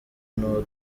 n’uwo